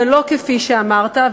ולא כפי שאמרת,